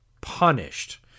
punished